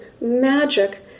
magic